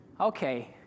okay